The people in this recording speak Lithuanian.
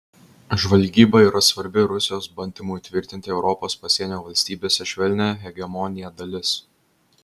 žvalgyba yra svarbi rusijos bandymų įtvirtinti europos pasienio valstybėse švelnią hegemoniją dalis